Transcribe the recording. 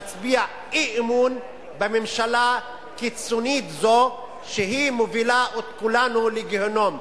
להצביע אי-אמון בממשלה קיצונית זו שמובילה את כולנו לגיהינום.